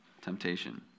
temptation